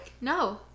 No